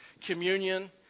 communion